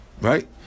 Right